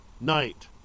night